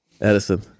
Edison